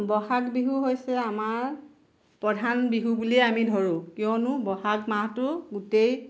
বহাগ বিহু হৈছে আমাৰ প্ৰধান বিহু বুলিয়ে আমি ধৰোঁ কিয়নো বহাগ মাহটো গোটেই